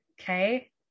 okay